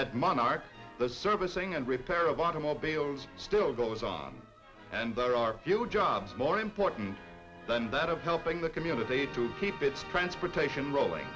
at monarch the servicing and repair of automobiles still goes on and there are few jobs more important than that of helping the community to keep its transportation rolling